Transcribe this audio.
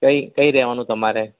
ક્યાં રહેવાનું તમારે